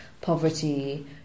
poverty